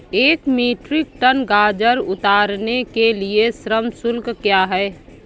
एक metric tonne गाजर उतारने के लिए श्रम शुल्क क्या है?